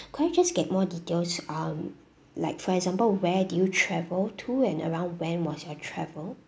could I just get more details um like for example where do you travel to and around when was your travel